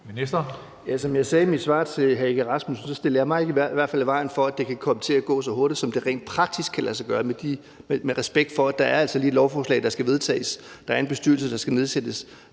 Som jeg sagde i mit svar til hr. Søren Egge Rasmussen, stiller jeg mig i hvert fald ikke i vejen for, at det kan komme til at gå så hurtigt, som det rent praktisk kan lade sig gøre, med respekt for at der altså lige er et lovforslag, der skal vedtages; der er en bestyrelse, der skal nedsættes;